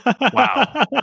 Wow